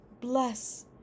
bless